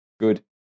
Good